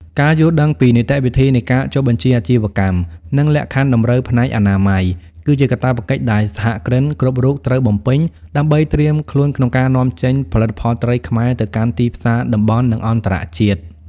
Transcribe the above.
ការយល់ដឹងពីនីតិវិធីនៃការចុះបញ្ជីអាជីវកម្ម និងលក្ខខណ្ឌតម្រូវផ្នែកអនាម័យ គឺជាកាតព្វកិច្ចដែលសហគ្រិនគ្រប់រូបត្រូវបំពេញ ដើម្បីត្រៀមខ្លួនក្នុងការនាំចេញផលិតផលត្រីខ្មែរទៅកាន់ទីផ្សារតំបន់ និងអន្តរជាតិ។